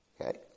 Okay